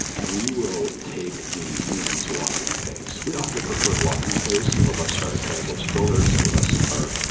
and we will take the humans walking pace. we all have a preferred walking pace. some of us are are casual strollers. some of us are,